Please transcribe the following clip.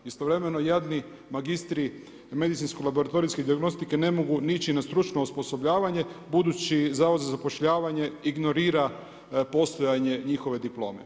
Istovremeno jadni magistri medicinsko laboratorijske dijagnostike ne mogu ići ni na stručno osposobljavanje budući Zavod za zapošljavanje ignorira postojanje njihove diplome.